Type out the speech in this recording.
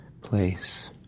place